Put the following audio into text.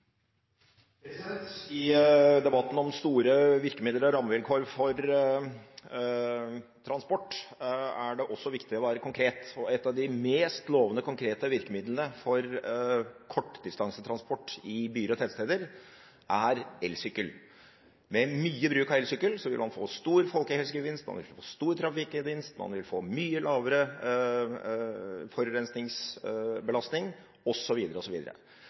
det også viktig å være konkret. Ett av de mest lovende konkrete virkemidlene for kortdistansetransport i byer og tettsteder er elsykkel. Med mye bruk av elsykkel vil man få stor folkehelsegevinst, man vil kunne få stor trafikkgevinst, man vil få mye lavere forurensningsbelastning